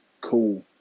cool